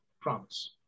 promise